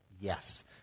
yes